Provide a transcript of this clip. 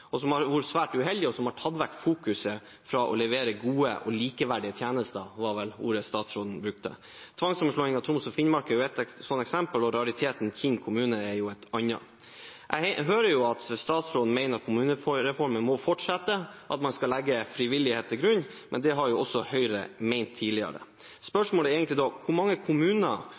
og som har vært svært uheldige, og som har tatt vekk fokuset fra å levere gode og likeverdige tjenester – det var vel ordene statsråden brukte. Tvangssammenslåingen av Troms og Finnmark er jo ett sånn eksempel, og rariteten Kinn kommune er et annet. Jeg hører at statsråden mener at kommunereformen må fortsette, at man skal legge frivillighet til grunn, men det har også Høyre ment tidligere. Spørsmålet er egentlig: Hvor mange kommuner